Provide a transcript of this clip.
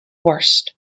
worst